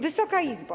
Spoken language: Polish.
Wysoka Izbo!